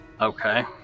Okay